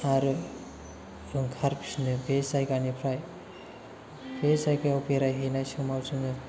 आरो ओंखारफिनो बे जायगानिफ्राय बे जायगायाव बेरायहैनाय समाव जोङो